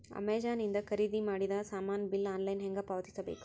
Amazon ಇಂದ ಖರೀದಿದ ಮಾಡಿದ ಸಾಮಾನ ಬಿಲ್ ಆನ್ಲೈನ್ ಹೆಂಗ್ ಪಾವತಿಸ ಬೇಕು?